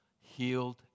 healed